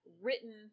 written